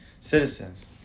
citizens